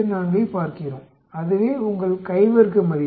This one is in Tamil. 84ஐப் பார்க்கிறோம் அதுவே உங்கள் கை வர்க்க மதிப்பு